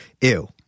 ew